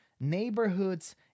neighborhoods